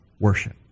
worship